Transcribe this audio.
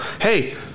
hey